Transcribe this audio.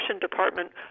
department